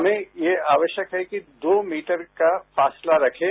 हमें यह आवश्यक है कि दो मीटर का फासला रखें